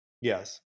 Yes